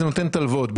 היא נותנת הלוואות,